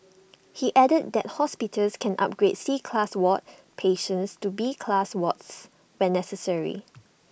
he added that hospitals can upgrade C class ward patients to B class wards when necessary